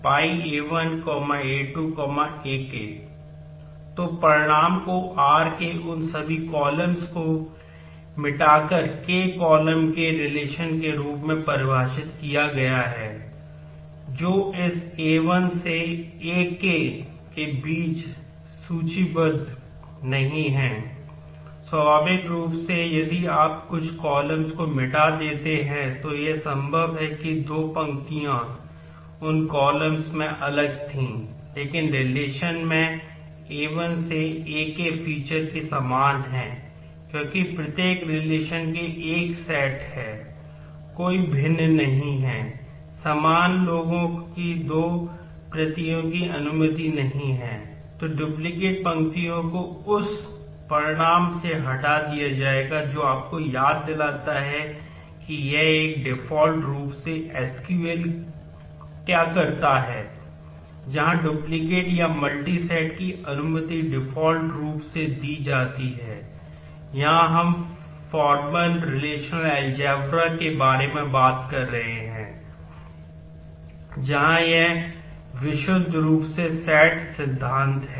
Π A1 A2 Ak तो परिणाम को r के उन सभी कॉलम के बारे में बात कर रहे हैं जहां यह विशुद्ध रूप से सेट सिद्धांत है